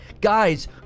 guys